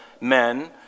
men